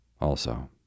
Also